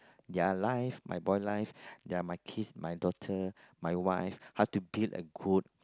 their life my boy life they're my kids my daughter my wife how to build a good